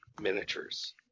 miniatures